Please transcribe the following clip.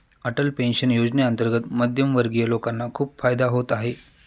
Atal pension योजनेअंतर्गत मध्यमवर्गीय लोकांना खूप फायदा होत आहे